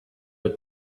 were